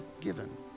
given